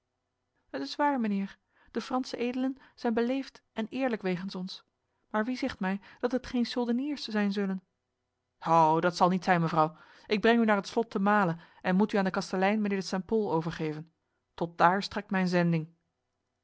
het is waar mijnheer de franse edelen zijn beleefd en eerlijk wegens ons maar wie zegt mij dat het geen soldeniers zijn zullen ho dit zal niet zijn mevrouw ik breng u naar het slot te male en moet u aan de kastelein mijnheer de st pol overgeven tot daar strekt mijn zending